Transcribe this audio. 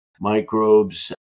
microbes